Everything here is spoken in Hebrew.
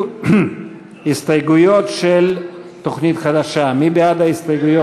הסתייגויות של הפחתת התקציב, מי בעד?